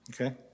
Okay